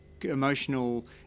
emotional